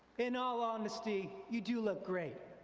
in all honesty, you do look great.